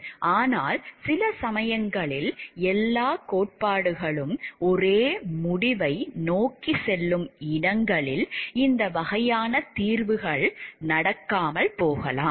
ஆனால் சில சமயங்களில் எல்லாக் கோட்பாடுகளும் ஒரே முடிவை நோக்கிச் செல்லும் இடங்களில் இந்த வகையான தீர்வுகள் நடக்காமல் போகலாம்